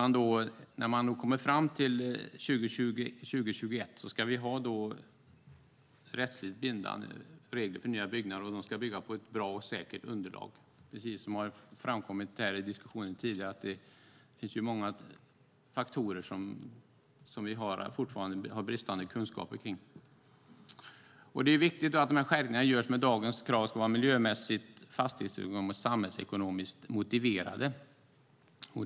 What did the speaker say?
När man kommer fram till 2021 ska vi ha rättsligt bindande regler för nya byggnader som ska bygga på ett bra och säkert underlag. Precis som har framkommit i diskussionen finns det många faktorer som vi fortfarande har bristande kunskaper kring. Det är viktigt att skärpningarna som görs jämfört med dagens krav ska vara miljömässigt, fastighetsekonomiskt och samhällsekonomiskt motiverade.